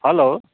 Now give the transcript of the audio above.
hello